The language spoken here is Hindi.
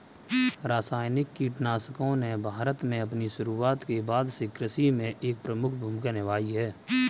रासायनिक कीटनाशकों ने भारत में अपनी शुरूआत के बाद से कृषि में एक प्रमुख भूमिका निभाई है